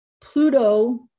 Pluto